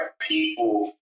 people